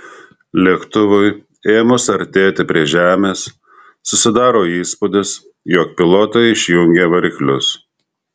lėktuvui ėmus artėti prie žemės susidaro įspūdis jog pilotai išjungė variklius